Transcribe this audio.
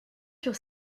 sur